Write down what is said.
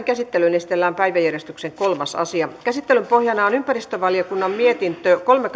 käsittelyyn esitellään päiväjärjestyksen kolmas asia käsittelyn pohjana on ympäristövaliokunnan mietintö kolme